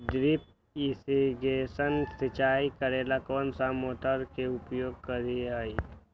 Drip irrigation सिंचाई करेला कौन सा मोटर के उपयोग करियई?